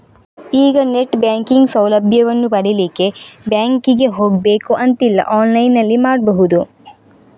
ಈಗ net banking ಸೌಲಭ್ಯವನ್ನು ಪಡೀಲಿಕ್ಕೆ ಬ್ಯಾಂಕಿಗೆ ಹೋಗ್ಬೇಕು ಅಂತಿಲ್ಲ ಆನ್ಲೈನಿನಲ್ಲಿ ಮಾಡ್ಬಹುದು